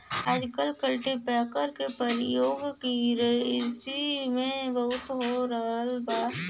आजकल कल्टीपैकर के परियोग किरसी में बहुत हो रहल बा